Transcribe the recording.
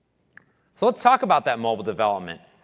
so let's talk about that mobile development.